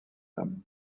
dames